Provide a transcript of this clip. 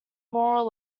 moral